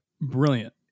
Brilliant